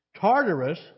Tartarus